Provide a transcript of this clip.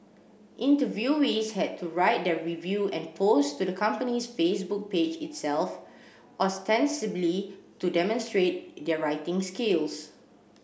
interviewees had to write their review and post to the company's Facebook page itself ostensibly to demonstrate their writing skills